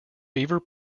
beaver